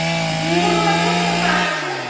बीमा कत्तेक प्रकारक छै?